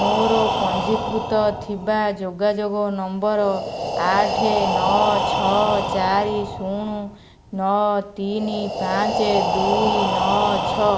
ମୋର ପଞ୍ଜୀକୃତ ଥିବା ଯୋଗାଯୋଗ ନମ୍ବର ଆଠେ ନଅ ଛଅ ଚାରି ଶୂନ୍ ନଅ ତିନି ପାଞ୍ଚ ଦୁଇ ନଅ ଛଅ